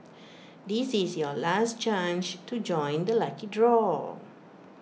this is your last chance to join the lucky draw